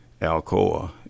Alcoa